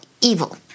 evil